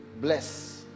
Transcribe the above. bless